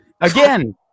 again